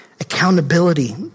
Accountability